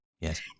yes